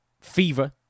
Fever